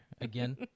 again